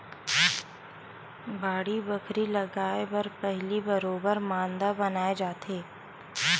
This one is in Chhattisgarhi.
बाड़ी बखरी लगाय बर पहिली बरोबर मांदा बनाए जाथे